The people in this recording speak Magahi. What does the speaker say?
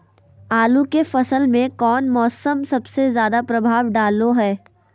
आलू के फसल में कौन मौसम सबसे ज्यादा प्रभाव डालो हय?